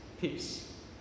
peace